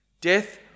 Death